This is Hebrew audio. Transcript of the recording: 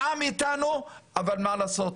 העם איתנו, אבל מה לעשות,